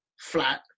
flat